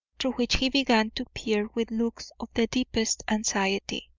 through which he began to peer with looks of the deepest anxiety.